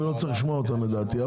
אפילו לא צריך לשמוע אותם לדעתי.